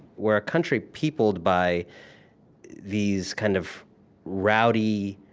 we're a country peopled by these kind of rowdy,